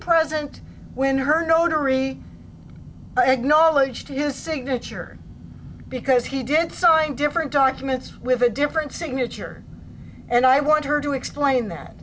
present when her notary acknowledged his signature because he did sign different documents with a different signature and i want her to explain that